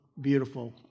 beautiful